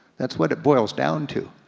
that's what it boils down to.